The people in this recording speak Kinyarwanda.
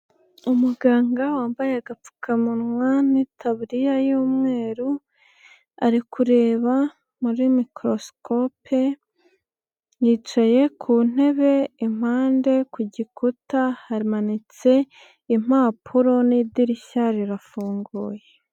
Umuganga wambaye agapfukamunwa n'itaburiya y'umweru, ari kureba muri mikorosikopi yicaye ku ntebe impande ku gikuta hamanitse impapuro n'idirishya rirafunguye.